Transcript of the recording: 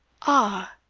ah!